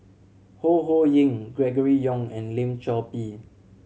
Ho Ho Ying Gregory Yong and Lim Chor Pee